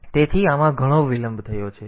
તેથી આમાં ઘણો વધુ વિલંબ થયો છે